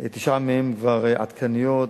תשע מהן כבר עדכניות,